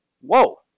Whoa